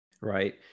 Right